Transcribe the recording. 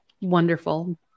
Wonderful